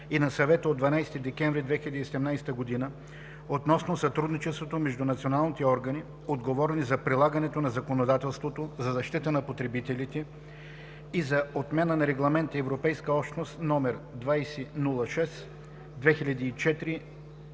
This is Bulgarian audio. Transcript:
и на Съвета от 12 декември 2017 г. относно сътрудничеството между националните органи, отговорни за прилагането на законодателството за защита на потребителите и за отмяна на Регламент (ЕО) № 2006/2004